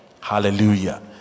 Hallelujah